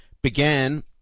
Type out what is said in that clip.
began